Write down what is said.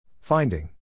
Finding